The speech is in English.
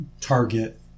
target